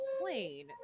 plane